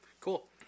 cool